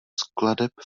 skladeb